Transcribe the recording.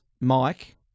Mike